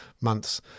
months